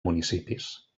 municipis